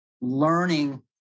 learning